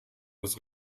das